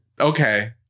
Okay